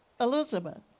Elizabeth